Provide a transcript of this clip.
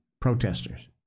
protesters